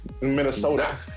Minnesota